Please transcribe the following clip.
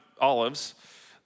Olives